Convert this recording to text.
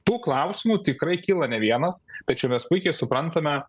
tų klausimų tikrai kyla ne vienas tačiau mes puikiai suprantame